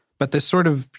but the sort of,